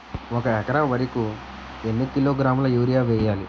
ఒక ఎకర వరి కు ఎన్ని కిలోగ్రాముల యూరియా వెయ్యాలి?